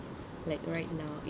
like right now